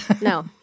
No